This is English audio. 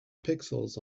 pixels